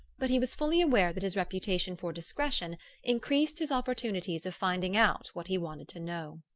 but he was fully aware that his reputation for discretion increased his opportunities of finding out what he wanted to know.